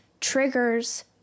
triggers